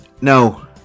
No